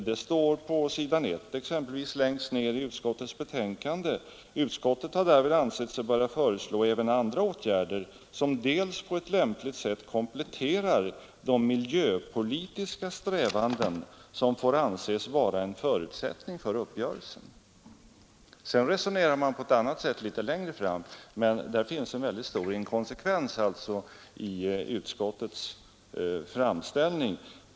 Det står exempelvis längst ned på s. I i utskottets betänkande: ”Utskottet har därvid ansett sig böra föreslå även andra åtgärder som dels på ett lämpligt sätt kompletterar de miljöpolitiska strävanden, som får anses vara en förutsättning för uppgörelsen, ———.” Sedan resonerar utskottet på ett annat sätt litet längre fram. Det finns alltså en väldigt stor inkonsekvens i utskottets framställning.